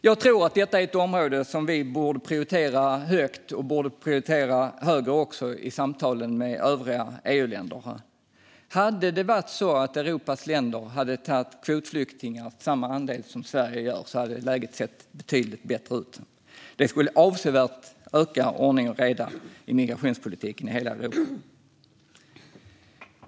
Jag tror att detta är ett område som vi borde prioritera högt och också borde prioritera högre i samtalen med övriga EU-länder. Om Europas länder hade tagit emot kvotflyktingar till samma andel som Sverige gör skulle läget ha sett betydligt bättre ut. Det skulle avsevärt skapa mer ordning och reda i migrationspolitiken i hela Europa.